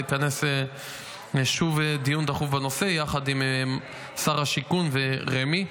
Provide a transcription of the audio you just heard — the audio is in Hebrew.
לכנס שוב דיון דחוף בנושא יחד עם שר השיכון ורמ"י.